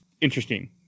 interesting